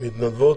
במתנדבות.